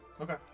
okay